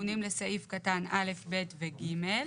לסעיפים קטנים (א), (ב) ו-(ג).